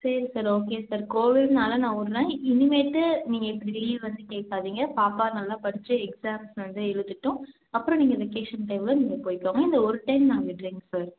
சரி sir okay sir கோவில்னால் நான் விட்றேன் இனிமேட்டு நீங்கள் இப்படி லீவ் வந்து கேட்காதீங்க பாப்பா நல்லா படிச்சு எக்ஸாம்ஸ் வந்து எழுத்துட்டும் அப்புறோம் நீங்கள் வெக்கேஷன் டைம்மில் நீங்கள் போயிக்கோங்க இந்த ஒரு டைம் நான் விட்றேங்க சார்